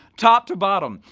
top to bottom.